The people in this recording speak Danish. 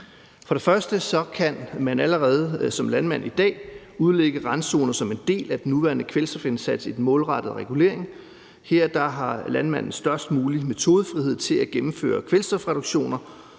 For det første kan man allerede som landmand i dag udlægge randzoner som en del af den nuværende kvælstofindsats i den målrettede regulering. Her har landmændene størst mulig metodefrihed til at gennemføre kvælstofreduktioner,